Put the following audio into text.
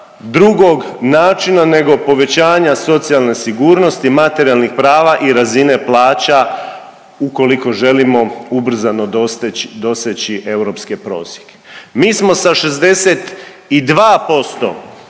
drugog načina nego povećanja socijalne sigurnosti, materijalnih prava i razine plaća ukoliko želimo ubrzano doseći europske prosjeke. Mi smo sa 62%